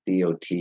DOT